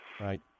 right